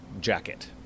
jacket